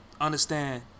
understand